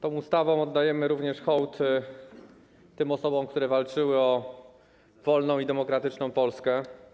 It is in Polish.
Tą ustawą oddajemy hołd również tym osobom, które walczyły o wolną i demokratyczną Polskę.